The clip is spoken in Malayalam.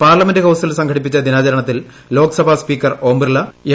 പാർലമെന്റ് ഹൌസിൽ സംഘടിപ്പിച്ച ദിനാചരണത്തിൽ ലോക്സഭാ സ്പീക്കർ ഓം ബിർള എം